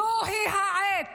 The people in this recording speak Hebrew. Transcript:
זוהי העת